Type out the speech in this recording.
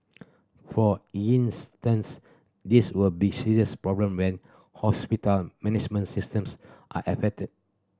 for instance this will be serious problem when hospital management systems are affected